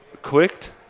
clicked